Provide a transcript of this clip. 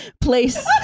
place